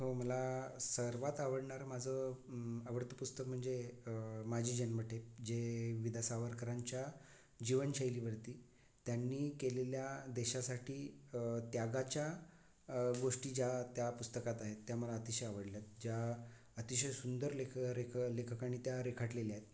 हो मला सर्वात आवडणारं माझं आवडतं पुस्तक म्हणजे माझी जन्मठेप जे वि दा सावरकरांच्या जीवनशैलीवरती त्यांनी केलेल्या देशासाठी त्यागाच्या गोष्टी ज्या त्या पुस्तकात आहेत त्या मला अतिशय आवडल्यात ज्या अतिशय सुंदर लेख रेख लेखकानी त्या रेखाटलेल्या आहेत